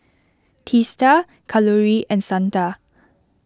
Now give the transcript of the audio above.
Teesta Kalluri and Santha